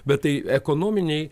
bet tai ekonominiai